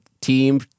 team